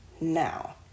now